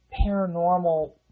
paranormal